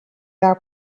are